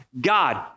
God